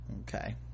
okay